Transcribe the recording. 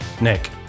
Nick